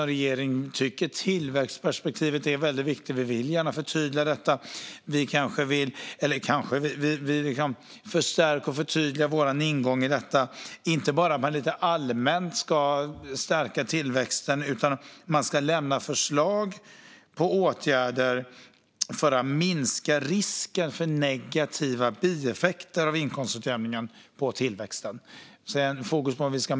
Regeringen tycker att tillväxtperspektivet är viktigt och vill därför förtydliga och förstärka det. Det handlar inte om att lite allmänt stärka tillväxten, utan utredningen ska lämna förslag på åtgärder för att minska risken för negativa bieffekter av inkomstutjämningen på tillväxten.